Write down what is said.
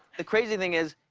the crazy thing is,